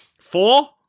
Four